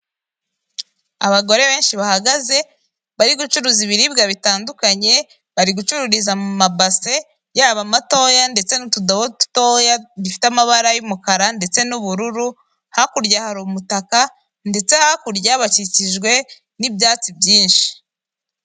Abagore benshi bahagaze bari gucuruza ibiribwa bitandukanye bari gucururiza MU mabase yaba amatoya ndetse n'utudobo dutoya, dufite amabara y'umukara ndetse n'ubururu hakurya hari umutaka, ndetse hakurya bakikijwe n'ibyatsi byinshi.